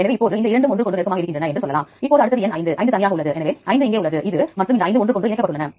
மேலும் இந்த பல விருப்பங்கள் மட்டுமே முதல் பக்கத்தில் கிடைக்கிறது